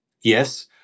Yes